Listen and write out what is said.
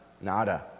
nada